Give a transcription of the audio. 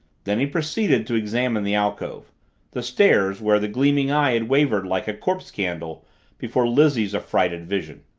then he proceeded to examine the alcove the stairs, where the gleaming eye had wavered like a corpse-candle before lizzie's affrighted vision.